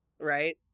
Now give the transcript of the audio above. right